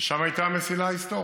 ששם הייתה המסילה ההיסטורית,